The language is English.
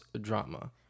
drama